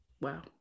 Wow